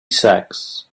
sacks